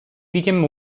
became